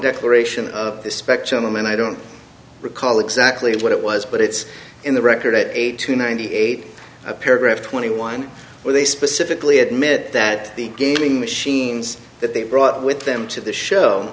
declaration of the spectrum and i don't recall exactly what it was but it's in the record eight to ninety eight a paragraph twenty one where they specifically admit that the gaming machines that they brought with them to the show